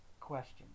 question